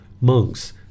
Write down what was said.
monks